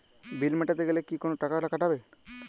বিল মেটাতে গেলে কি কোনো টাকা কাটাবে?